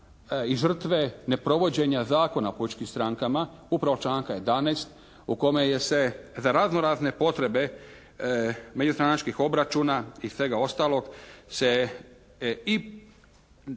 i žrtve neprovođenja Zakona o političkim strankama, upravo članka 11. u kome je se za razno-razne potrebe međustranačkih obračuna i svega ostalog se, i